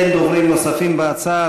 אין דוברים נוספים בהצעה,